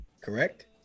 correct